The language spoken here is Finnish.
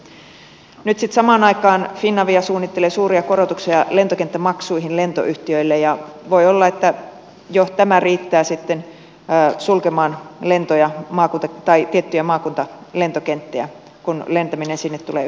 nyt sitten samaan aikaan finavia suunnittelee suuria korotuksia lentokenttämaksuihin lentoyhtiöille ja voi olla että jo tämä riittää sitten sulkemaan tiettyjä maakuntalentokenttiä kun lentäminen sinne tulee yhä kalliimmaksi